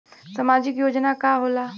सामाजिक योजना का होला?